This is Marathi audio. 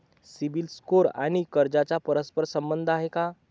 सिबिल स्कोअर आणि कर्जाचा परस्पर संबंध आहे का?